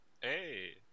Hey